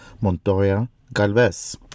Montoya-Galvez